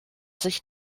sich